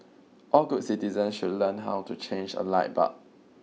all good citizens should learn how to change a light bulb